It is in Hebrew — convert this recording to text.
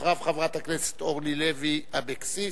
אחריו, חברת הכנסת אורלי לוי אבקסיס,